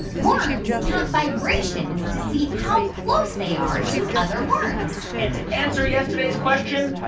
worms count vibrations to see how close they are to other worms? and to answer yesterday's question,